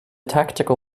tactical